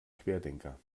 querdenker